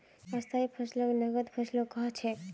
स्थाई फसलक नगद फसलो कह छेक